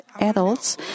adults